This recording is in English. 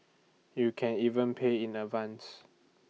you can even pay in advance